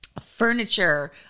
furniture